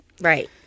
right